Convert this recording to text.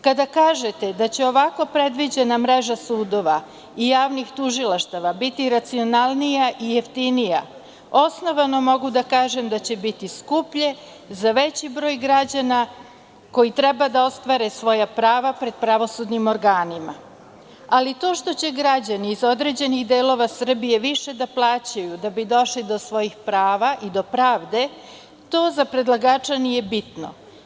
Kada kažete da će ovako predviđena mreža sudova i javnih tužilaštava biti racionalnija i jeftinija, osnovano mogu da kažem da će biti kupljen za veći broj građana koji treba da ostvare svoja prava pred pravosudnim organima, ali što će građani iz određenih delova Srbije više da plaćaju da bi došli do svojih prava i do pravde, to za predlagača nije bitno.